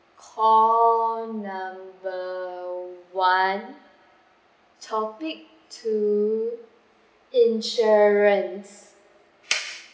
call number one topic two insurance